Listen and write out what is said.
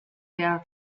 der